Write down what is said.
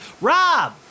Rob